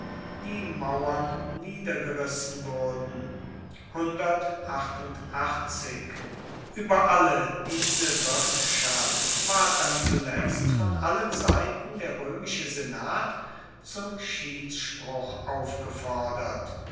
die mauern niedergerissen wurden ueber alle diese wirtschaft ward dann zuletzt von allen seiten der roemische senat zum schiedsspruch aufgefordert